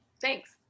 Thanks